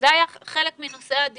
שבזמנו זה היה חלק מנושאי הדיון,